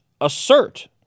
assert